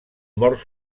morts